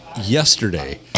yesterday